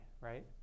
right